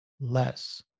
less